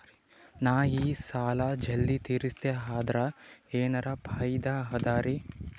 ನಾ ಈ ಸಾಲಾ ಜಲ್ದಿ ತಿರಸ್ದೆ ಅಂದ್ರ ಎನರ ಫಾಯಿದಾ ಅದರಿ?